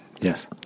Yes